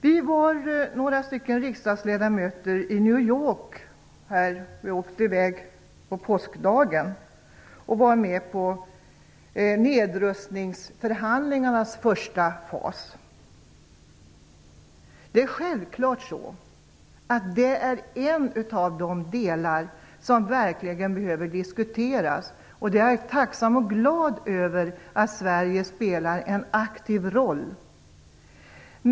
Vi var några stycken riksdagsledamöter i New York. Vi åkte i väg på påskdagen och var med på nedrustningsförhandlingarnas första fas. Det är självklart en av de delar som verkligen behöver diskuteras, och jag är tacksam och glad över att Sverige spelar en aktiv roll.